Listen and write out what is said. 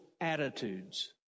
attitudes